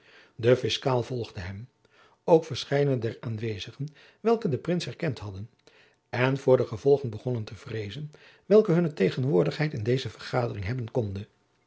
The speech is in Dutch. de fiscaal volgde hem ook verscheidene der aanwezigen welke den prins herkend hadden en voor de gevolgen begonnen te vreezen welke hunne tegenwoordigheid in deze vergadering hebben konde